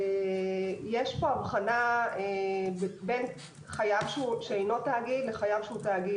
יש פה הבחנה בין חייב שאינו תאגיד לבין חייב שהוא תאגיד.